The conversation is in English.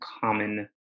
common